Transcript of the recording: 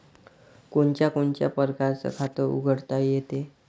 कोनच्या कोनच्या परकारं खात उघडता येते?